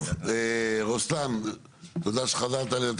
טוב, רוסלאן, תודה שחזרת אלינו.